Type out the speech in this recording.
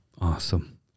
Awesome